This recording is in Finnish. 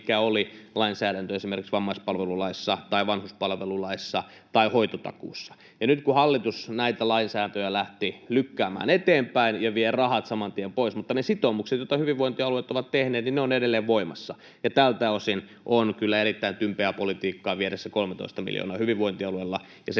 mikä oli lainsäädäntö esimerkiksi vammaispalvelulaissa tai vanhuspalvelulaissa tai hoitotakuussa. Ja nyt hallitus näitä lainsäädäntöjä lähti lykkäämään eteenpäin ja vie rahat saman tien pois, mutta ne sitoumukset, joita hyvinvointialueet ovat tehneet, ovat edelleen voimassa. Ja tältä osin on kyllä erittäin tympeää politiikkaa viedä se 13 miljoonaa hyvinvointialueilta, ja sen